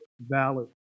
valid